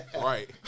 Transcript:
Right